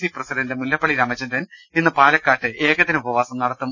C president Mullappally Ramachandran ഇന്ന് പാലക്കാട്ട് ഏകദിന ഉപവാസം നടത്തും